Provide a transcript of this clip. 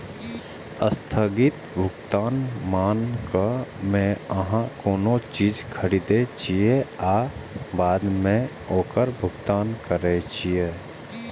स्थगित भुगतान मानक मे अहां कोनो चीज खरीदै छियै आ बाद मे ओकर भुगतान करै छियै